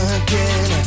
again